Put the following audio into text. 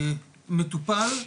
מטופל,